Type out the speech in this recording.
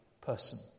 person